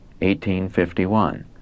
1851